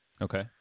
Okay